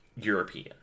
European